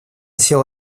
сел